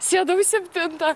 sėdau į septintą